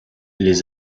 les